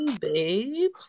babe